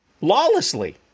lawlessly